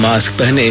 mask पहनें